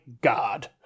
God